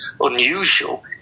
unusual